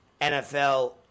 NFL